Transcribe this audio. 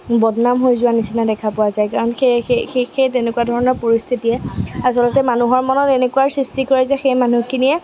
বদনাম হৈ যোৱা নিচিনা দেখা পোৱা যায় কাৰণ সেই সেই সেই সেই তেনেকুৱা ধৰণৰ পৰিস্থিতিয়ে আচলতে মানুহৰ মনত এনেকুৱাৰ সৃষ্টি কৰে যে সেই মানুহখিনিয়ে